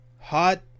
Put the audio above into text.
Hot